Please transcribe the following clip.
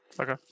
Okay